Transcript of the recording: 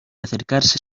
acercarse